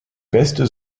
beste